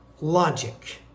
logic